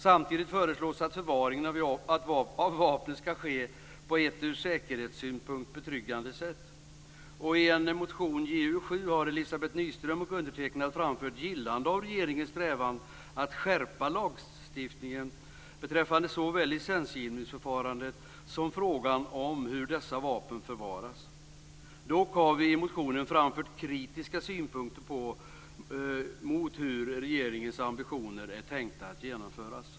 Samtidigt föreslås att förvaringen av vapen ska ske på ett ur säkerhetssynpunkt betryggande sätt. I motion Ju7 har Elizabeth Nyström och jag själv framfört vårt gillande av regeringens strävan att skärpa lagstiftningen beträffande såväl licensgivningsförfarandet som förvaringen av vapnen. Dock har vi i motionen framfört kritiska synpunkter på hur det är tänkt att regeringens ambitioner ska genomföras.